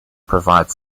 provide